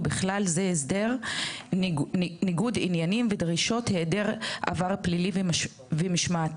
ובכלל זה הסדר ניגוד עניינים והדרישות העדר עבר פלילי ומשמעתי,